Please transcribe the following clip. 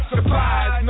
Surprise